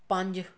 ਪੰਜ